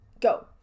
Go